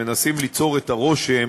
מנסים ליצור את הרושם